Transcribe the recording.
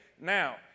now